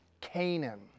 Canaan